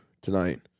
tonight